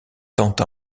tenta